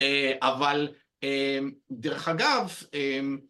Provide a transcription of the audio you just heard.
אבל דרך אגב